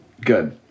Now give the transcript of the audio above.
Good